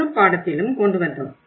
முழு பாடத்திலும் கொண்டு வந்தோம்